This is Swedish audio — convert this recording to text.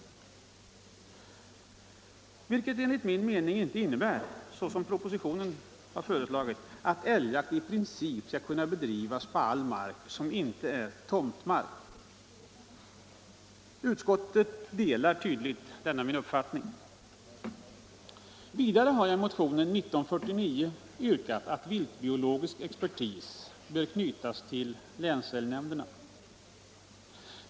Detta innebär enligt min mening inte — som propositionen föreslår — att älgjakt i princip skall kunna bedrivas på all mark som inte är tomtmark. Utskottet delar tydligen denna min uppfattning. Vidare har jag i motionen 1949 yrkat att viltbiologisk expertis skall knytas till länsälgnämnderna.